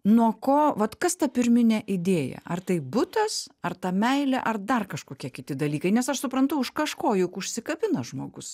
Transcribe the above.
nuo ko vat kas ta pirminė idėja ar tai butas ar ta meilė ar dar kažkokie kiti dalykai nes aš suprantu už kažko juk užsikabina žmogus